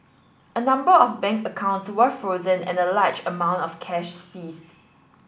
a number of bank accounts were frozen and a large amount of cash seized